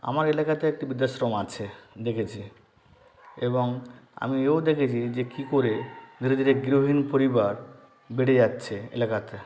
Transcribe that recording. আমার এলাকাতে একটি বৃদ্ধাশ্রম আছে দেখেছি এবং আমি এও দেখেছি যে কী করে ধীরে ধীরে গৃহহীন পরিবার বেড়ে যাচ্ছে এলাকাতে